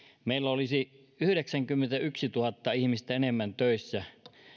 meillä olisi yhdeksänkymmentätuhatta ihmistä enemmän töissä